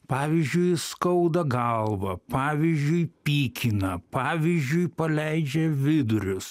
pavyzdžiui skauda galvą pavyzdžiui pykina pavyzdžiui paleidžia vidurius